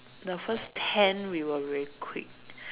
the first ten we were very quick